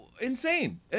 Insane